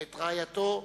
ואת רעייתו,